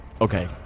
Okay